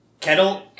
Kettle